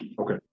Okay